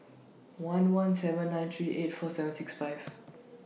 one one seven nine three eight four seven six five